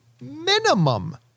minimum